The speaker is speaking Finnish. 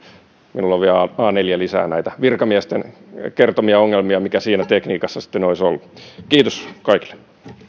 minulla on vielä a neljä lisää näitä virkamiesten kertomia ongelmia joita siinä tekniikassa sitten olisi ollut kiitos kaikille